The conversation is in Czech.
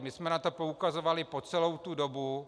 My jsme na to poukazovali po celou tu dobu.